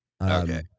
Okay